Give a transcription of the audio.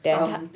then 他